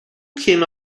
came